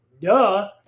duh